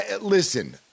Listen